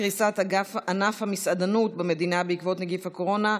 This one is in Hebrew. קריסת ענף המסעדנות במדינה בעקבות נגיף הקורונה,